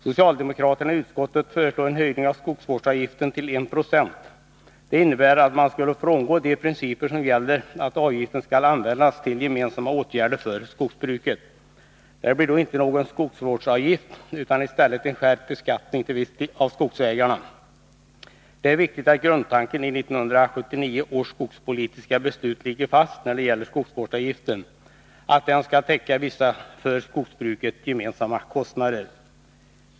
Socialdemokraterna i utskottet föreslår en höjning av skogsvårdsavgiften till I 20. Detta innebär att man skulle frångå de principer som gäller — att avgiften skall användas till gemensamma åtgärder för skogsbruket. Det blir då inte någon skogsvårdsavgift, utan i stället en skärpt beskattning av skogsägarna. Det är viktigt att grundtanken i 1979 års skogspolitiska beslut när det gäller skogsvårdsavgiften ligger fast — att den skall täcka vissa för skogsbruket gemensamma kostnader.